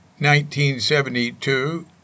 1972